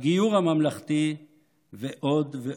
הגיור הממלכתי ועוד ועוד.